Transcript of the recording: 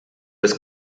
des